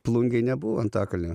plungėj nebuvo antakalnio